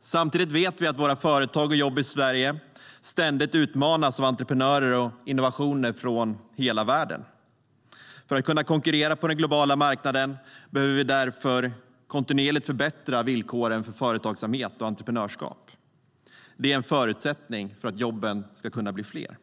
Samtidigt vet vi att våra företag och jobb i Sverige ständigt utmanas av entreprenörer och innovationer från hela världen. För att kunna konkurrera på den globala marknaden behöver vi därför kontinuerligt förbättra villkoren för företagsamhet och entreprenörskap. Det är en förutsättning för att jobben ska kunna bli fler.